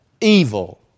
evil